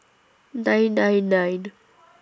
nine nine nine